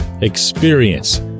experience